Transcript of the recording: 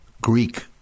Greek